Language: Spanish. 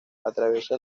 atraviesa